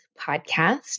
podcast